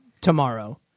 tomorrow